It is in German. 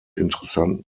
interessanten